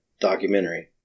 documentary